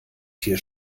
tier